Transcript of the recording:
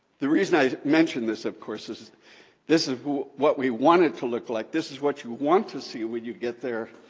the reason i mention this, of course, is this is what we want it to look like, this is what you want to see when you get there,